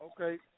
Okay